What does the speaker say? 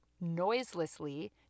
noiselessly